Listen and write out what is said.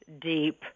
deep